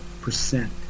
percent